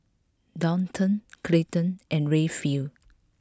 Daulton Clayton and Rayfield